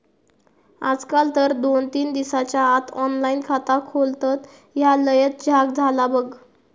आजकाल तर दोन तीन दिसाच्या आत ऑनलाइन खाता खोलतत, ह्या लयच झ्याक झाला बघ